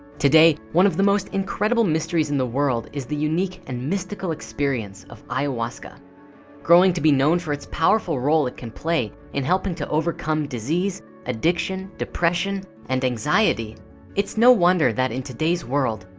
today one of the most incredible mysteries in the world is the unique and mystical experience of ayahuasca growing to be known for its powerful role it can play in helping to overcome disease addiction depression and anxiety it's no wonder that in today's world,